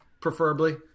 preferably